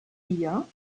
vier